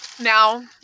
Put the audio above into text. Now